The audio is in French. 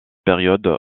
période